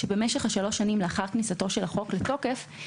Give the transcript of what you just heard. שבמשך שלוש שנים לאחר כניסתו של החוק לתוקף,